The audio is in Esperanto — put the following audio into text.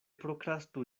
prokrastu